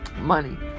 money